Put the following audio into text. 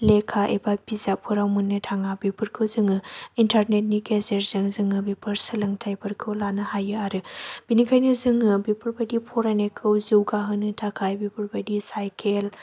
लेखा एबा बिजाबफोराव मोननो थाङा बेफोरखौ जोङो इन्टारनेटनि गेजेरजों जोङो बेफोर सोलोंथाइफोरखौ लानो हायो आरो बेनिखायनो जोङो बेफोरबायदि फरायनायखौ जौगाहोनो थाखाय बेफोरबायदि साइकेल